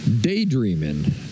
daydreaming